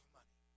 money